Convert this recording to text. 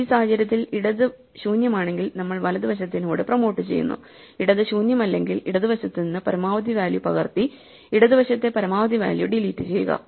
ഈ സാഹചര്യത്തിൽ ഇടത് ശൂന്യമാണെങ്കിൽ നമ്മൾ വലതുവശത്തെ നോഡ് പ്രൊമോട്ട് ചെയ്യുന്നു ഇടത് ശൂന്യമല്ലെങ്കിൽ ഇടതുവശത്ത് നിന്ന് പരമാവധി വാല്യൂ പകർത്തി ഇടത് വശത്തെ പരമാവധി വാല്യൂ ഡിലീറ്റ് ചെയ്യുക